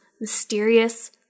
mysterious